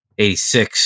86